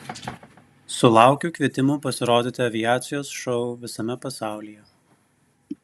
sulaukiu kvietimų pasirodyti aviacijos šou visame pasaulyje